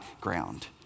ground